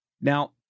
Now